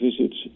visits